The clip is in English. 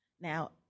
Now